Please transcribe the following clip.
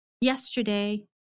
yesterday